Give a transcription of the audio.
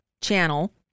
channel